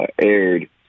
aired